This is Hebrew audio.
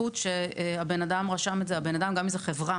שהבן אדם גם אם זו חברה